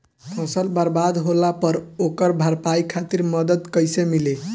फसल बर्बाद होला पर ओकर भरपाई खातिर मदद कइसे मिली?